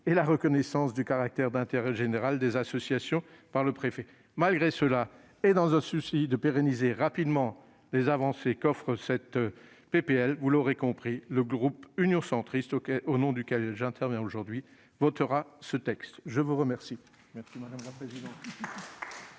et la reconnaissance du caractère d'intérêt général des associations par le préfet. Malgré cela, et dans un souci de pérenniser rapidement les avancées qu'offre cette proposition de loi, le groupe Union Centriste, au nom duquel j'interviens aujourd'hui, votera ce texte. Je mets aux voix,